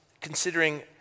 considering